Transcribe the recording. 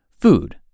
Food